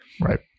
Right